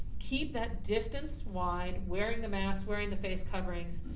keep that distance wide, wearing the mask, wearing the face coverings,